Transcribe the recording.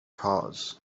cause